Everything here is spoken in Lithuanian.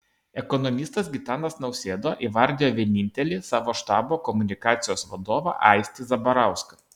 ekonomistas gitanas nausėda įvardijo vienintelį savo štabo komunikacijos vadovą aistį zabarauską